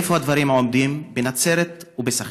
איפה הדברים עומדים בנצרת ובסח'נין?